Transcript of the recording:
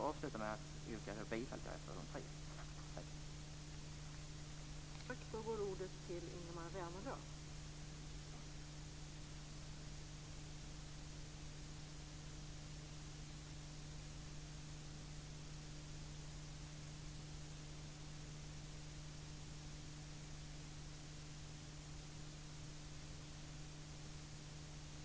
Avslutningsvis yrkar jag alltså bifall till reservation 5.